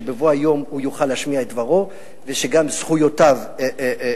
שבבוא היום הוא יוכל להשמיע את דברו ושגם זכויותיו יתקבלו.